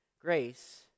Grace